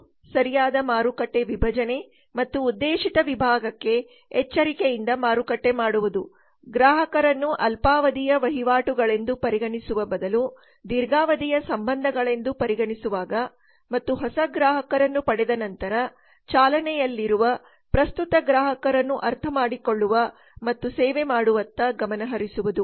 ಇದು ಸರಿಯಾದ ಮಾರುಕಟ್ಟೆ ವಿಭಜನೆ ಮತ್ತು ಉದ್ದೇಶಿತ ವಿಭಾಗಕ್ಕೆ ಎಚ್ಚರಿಕೆಯಿಂದ ಮಾರುಕಟ್ಟೆ ಮಾಡುವುದು ಗ್ರಾಹಕರನ್ನು ಅಲ್ಪಾವಧಿಯ ವಹಿವಾಟುಗಳೆಂದು ಪರಿಗಣಿಸುವ ಬದಲು ದೀರ್ಘಾವಧಿಯ ಸಂಬಂಧಗಳೆಂದು ಪರಿಗಣಿಸುವಾಗ ಮತ್ತು ಹೊಸ ಗ್ರಾಹಕರನ್ನು ಪಡೆದ ನಂತರ ಚಾಲನೆಯಲ್ಲಿರುವ ಪ್ರಸ್ತುತ ಗ್ರಾಹಕರನ್ನು ಅರ್ಥಮಾಡಿಕೊಳ್ಳುವ ಮತ್ತು ಸೇವೆ ಮಾಡುವತ್ತ ಗಮನಹರಿಸುವುದು